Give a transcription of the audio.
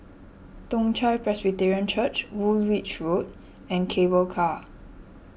Toong Chai Presbyterian Church Woolwich Road and Cable Car